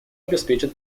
обеспечат